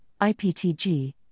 IPTG